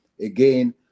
Again